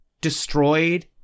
destroyed